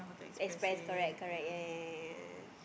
express correct correct ya ya ya ya ya